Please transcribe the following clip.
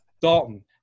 Dalton